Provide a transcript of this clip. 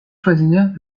choisir